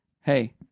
hey